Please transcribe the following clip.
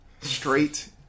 straight